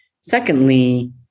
Secondly